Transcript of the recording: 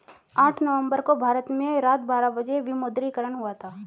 आठ नवम्बर को भारत में रात बारह बजे विमुद्रीकरण हुआ था